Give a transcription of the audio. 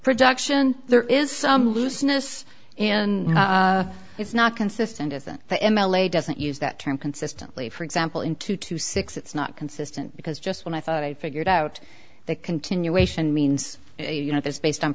production there is some looseness and it's not consistent is that the m l a doesn't use that term consistently for example in two to six it's not consistent because just when i thought i'd figured out that continuation means you know this based on